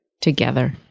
Together